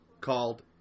called